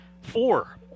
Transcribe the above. four